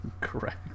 Correct